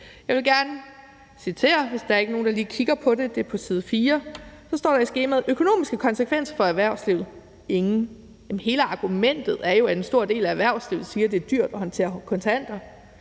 jeg vil gerne, hvis der ikke lige er nogen, der kigger på det, citere fra skemaet på side 4, hvor der under »Økonomiske konsekvenser for erhvervslivet mv.« står: »Ingen«. Jamen hele argumentet er jo, at en stor del af erhvervslivet siger, at det er dyrt at håndtere kontanter,